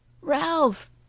Ralph